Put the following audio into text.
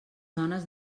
zones